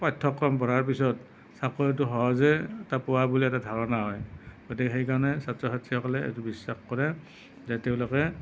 পাঠ্যক্ৰম পঢ়াৰ পিছত চাকৰিটো সহজে এটা পোৱা বুলি এটা ধাৰণা হয় গতিকে সেইকাৰণে ছাত্ৰ ছাত্ৰীসকলে এইটো বিশ্বাস কৰে যে তেওঁলোকে